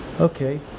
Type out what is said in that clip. Okay